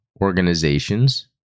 organizations